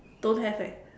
don't have eh